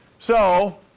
so,